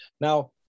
Now